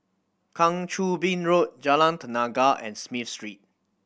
Kang Choo Bin Road Jalan Tenaga and Smith Street